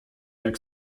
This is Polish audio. jak